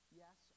yes